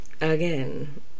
again